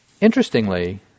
Interestingly